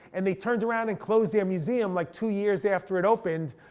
and they turned around and closed their museum like two years after it opened,